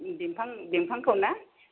बिफां बिफांखौ ना